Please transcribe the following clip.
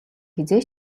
хэзээ